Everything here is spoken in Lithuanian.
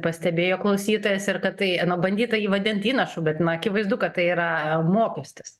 pastebėjo klausytojas ir kad tai bandyta jį vadint įnašu bet na akivaizdu kad tai yra mokestis